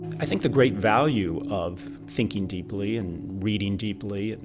i think the great value of thinking deeply, and reading deeply, and